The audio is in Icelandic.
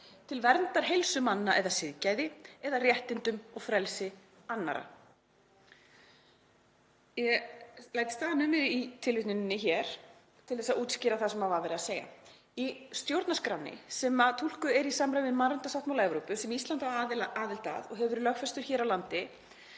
til verndar heilsu manna eða siðgæði eða réttindum og frelsi annarra.“ Ég læt staðar numið í tilvitnuninni hér til að útskýra það sem var verið að segja. Í stjórnarskránni sem túlkuð er í samræmi við mannréttindasáttmála Evrópu, sem Ísland á aðild að og hefur verið lögfestur hér á landi,